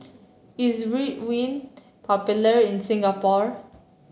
is Ridwind popular in Singapore